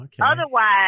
Otherwise